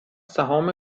سهام